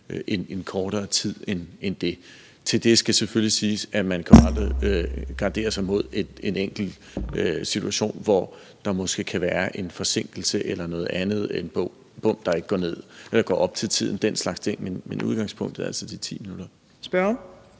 en kortere tid end det. Til det skal selvfølgelig siges, at man jo aldrig kan gardere sig mod en enkelt situation, hvor der måske kan være en forsinkelse eller noget andet – en bom, der ikke går op til tiden, og den slags ting – men i udgangspunktet er det altså de 10 minutter.